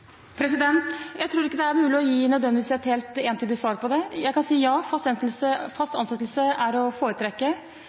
Jeg tror ikke det er mulig å gi nødvendigvis et helt entydig svar på det. Jeg kan si ja. Fast ansettelse er å foretrekke.